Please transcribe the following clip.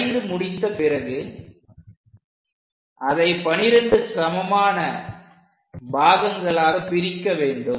வரைந்து முடித்த பிறகு அதை 12 சமமான பாகங்களாகப் பிரிக்க வேண்டும்